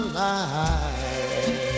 life